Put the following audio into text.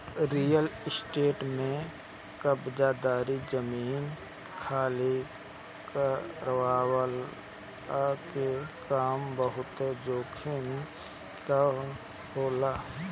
real estate में कब्ज़ादारी, जमीन खाली करववला के काम बहुते जोखिम कअ होला